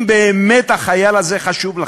אם באמת החייל הזה חשוב לכם,